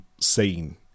seen